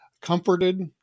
comforted